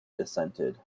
dissented